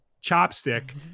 chopstick